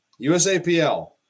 USAPL